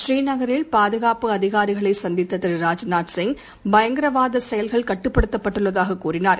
புநீநகரில் பாதுகாப்பு அதிகாரிகளை சந்தித்த திரு ராஜ்நாத் பயங்கரவாத செயல்கள் கட்டுப்படுத்தப்பட்டுள்ளதாக கூறினார்